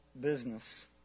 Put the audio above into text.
business